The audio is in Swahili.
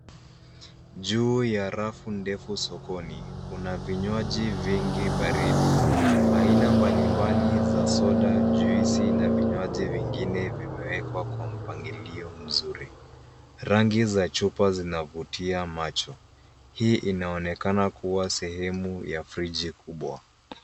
Juu ya rafu ndefu sokoni, kuna vinywaji vingi baridi. Aina mbali mbali za soda, juisi, na vinywaji vingine vimewekwa kwa mpangilio mzuri. Rangi za chupa zinavutia macho. Hii inaonekana kua sehemu ya friji kubwa.